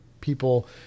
people